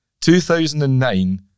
2009